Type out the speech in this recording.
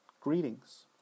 Greetings